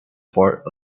fourth